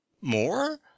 more